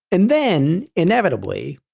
and then, inevitably,